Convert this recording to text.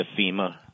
FEMA